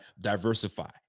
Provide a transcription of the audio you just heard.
diversify